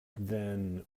then